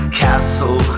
castle